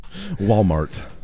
Walmart